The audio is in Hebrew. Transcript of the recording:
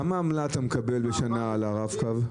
כמה עמלה אתה מקבל בשנה על הרב קו?